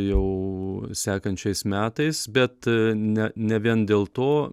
jau sekančiais metais bet ne ne vien dėl to